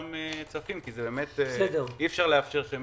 כי אי אפשר לאפשר את זה.